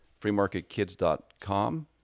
freemarketkids.com